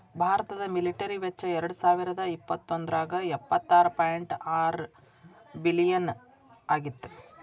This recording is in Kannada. ಭಾರತದ ಮಿಲಿಟರಿ ವೆಚ್ಚ ಎರಡಸಾವಿರದ ಇಪ್ಪತ್ತೊಂದ್ರಾಗ ಎಪ್ಪತ್ತಾರ ಪಾಯಿಂಟ್ ಆರ ಬಿಲಿಯನ್ ಆಗಿತ್ತ